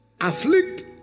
afflict